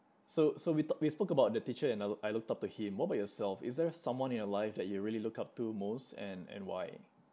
so so we talked we spoke about the teacher and I look I looked up to him what about yourself is there someone in your life that you really look up to most and and why